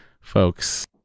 folks